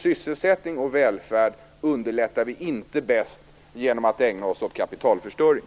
Sysselsättning och välfärd underlättar vi inte bäst genom att ägna oss åt kapitalförstöring.